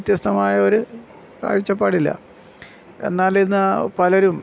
വ്യത്യസ്തമായൊരു കാഴ്ചപ്പാടില്ല എന്നാലിന്ന് പലരും